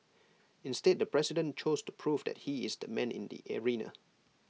instead the president chose to prove that he is the man in the arena